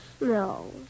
No